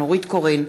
נורית קורן,